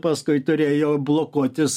paskui turėjo blokuotis